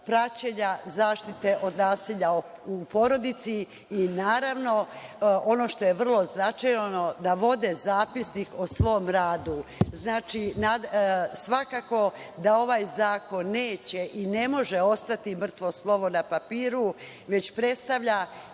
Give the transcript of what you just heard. praćenja zaštite od nasilja u porodici i naravno, ono što je vrlo značajno, da vode zapisnik o svom radu. Znači, svakako da ovaj zakon neće i ne može ostati mrtvo slovo na papiru, već predstavlja